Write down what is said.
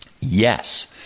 Yes